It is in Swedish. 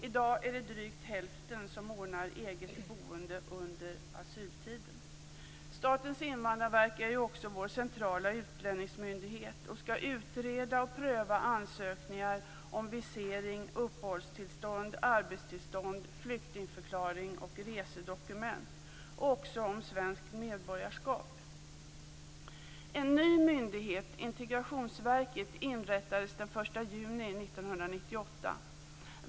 I dag är det drygt hälften som ordnar eget boende under asyltiden. Statens invandrarverk är också vår centrala utlänningsmyndighet och skall utreda och pröva ansökningar om visering, uppehållstillstånd, arbetstillstånd, flyktingförklaring och resedokument och också om svenskt medborgarskap. En ny myndighet, Integrationsverket, inrättades den 1 juni 1998.